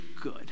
good